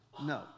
No